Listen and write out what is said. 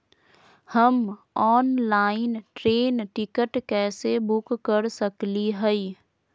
हम online train ticket कैसे book कर सकली हई?